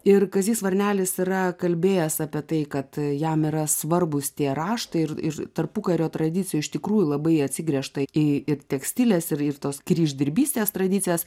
ir kazys varnelis yra kalbėjęs apie tai kad jam yra svarbūs tie raštai ir ir tarpukario tradicijų iš tikrųjų labai atsigręžta į ir tekstilės ir ir tos kryždirbystės tradicijas